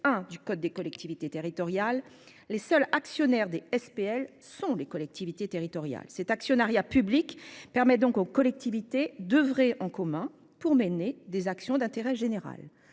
général des collectivités territoriales, les seuls actionnaires des SPL sont les collectivités territoriales. Cet actionnariat public permet aux collectivités d'oeuvrer en commun pour mener des actions d'intérêt général.